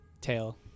Tail